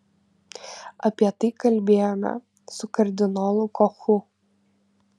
apie tai kalbėjome su kardinolu kochu